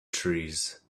trees